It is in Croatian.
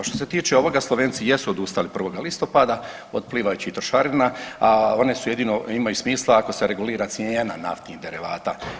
Što se tiče ovoga Slovenci jesu odustali 1. listopada od plivajućih trošarina, a one jedino imaju smisla ako se regulira cijena naftnih derivata.